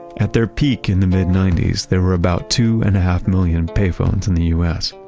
at their peak in the mid-nineties, there were about two and a half million payphones in the us.